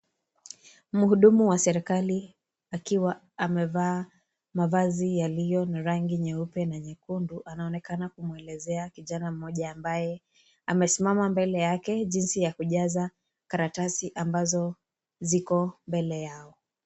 Mhudumu wa serikali akiwa amevaa mavazi yaliyo na rangi nyeupe na nyekundu anaonekana kumwelezea kijana mmoja ambaye amesimama mbele yake jinsi ya kujaza karatasi ambazo ziko mbele yao.